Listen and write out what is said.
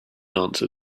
answer